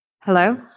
Hello